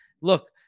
Look